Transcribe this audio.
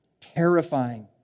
terrifying